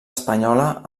espanyola